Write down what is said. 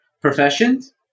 professions